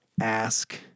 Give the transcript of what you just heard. ask